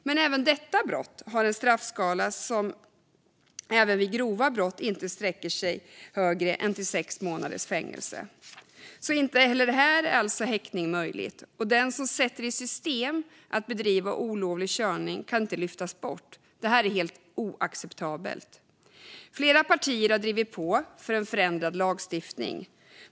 Men också detta brott har en straffskala som även vid grova brott inte sträcker sig högre än till sex månaders fängelse. Inte heller här är alltså häktning möjlig, och den som sätter olovlig körning i system kan inte lyftas bort. Detta är helt oacceptabelt. Flera partier har drivit på för en förändrad lagstiftning.